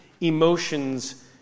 emotions